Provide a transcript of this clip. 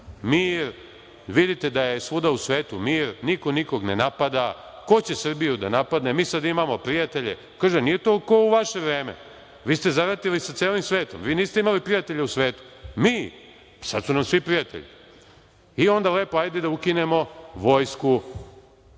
radimo, vidite da je svuda u svetu mir, niko nikoga ne napada, ko će Srbiju da napadne, mi sad imamo prijatelje, nije to kao u vaše vreme, vi ste zaratili sa celim svetom, vi niste imali prijatelja u svetu, nama su sad svi prijatelji, i onda hajde da ukinemo vojsku. Onda